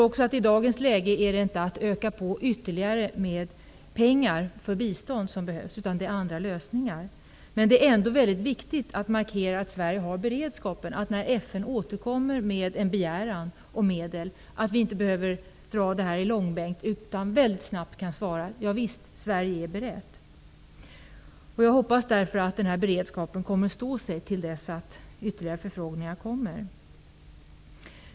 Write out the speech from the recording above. I dagens läge tror jag inte att det är en ytterligare ökning av biståndspengar som behövs, utan det handlar om andra lösningar. När FN återkommer med en begäran om medel är det viktigt att markera att Sverige har beredskap, så att frågan inte behöver dras i långbänk utan att vi snabbt kan svara: Ja visst, Sverige är berett. Jag hoppas därför att denna beredskap kommer att stå sig till dess ytterligare förfrågningar kommer.